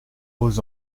aux